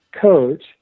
coach